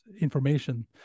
information